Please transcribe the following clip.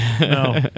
no